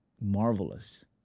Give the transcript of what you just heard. marvelous